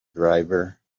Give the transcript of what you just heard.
driver